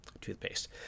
toothpaste